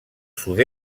sud